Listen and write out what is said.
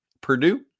Purdue